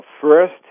first